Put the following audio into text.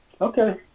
Okay